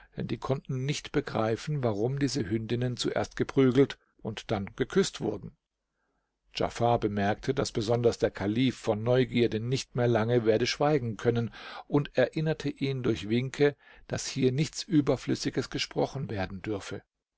die konnten nicht begreifen warum diese hündinnen zuerst geprügelt und dann geküßt wurden djafar bemerkte daß besonders der kalif vor neugierde nicht mehr lange werde schweigen können und erinnerte ihn durch winke daß hier nicht überflüssiges gesprochen werden dürfe